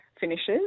finishes